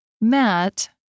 Matt